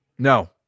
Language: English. No